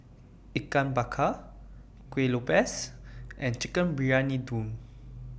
Ikan Bakar Kueh Lopes and Chicken Briyani Dum